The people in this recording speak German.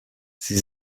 sie